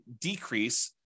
decrease